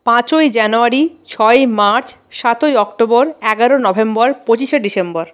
পাঁচই জানুয়ারি ছয়ই মার্চ সাতই অক্টোবর এগারোই নভেম্বর পঁচিশে ডিসেম্বর